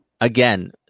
again